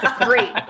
Great